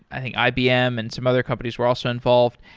i think ibm and some other companies were also involved.